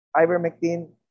ivermectin